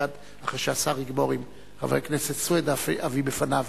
מייד אחרי שהשר יגמור עם חבר הכנסת סוייד אני אביא בפניו.